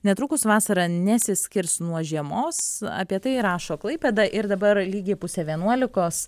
netrukus vasara nesiskirs nuo žiemos apie tai rašo klaipėda ir dabar lygiai pusę vienuolikos